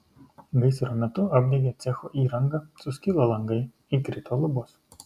gaisro metu apdegė cecho įranga suskilo langai įkrito lubos